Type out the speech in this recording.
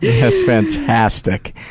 that's fantastic.